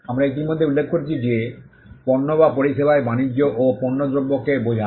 আমরা ইতিমধ্যে উল্লেখ করেছি যে পণ্য বা পরিষেবায় বাণিজ্যও পণ্যদ্রব্যকে বোঝায়